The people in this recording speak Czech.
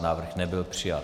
Návrh nebyl přijat.